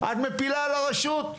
את מפילה על הרשות.